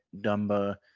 Dumba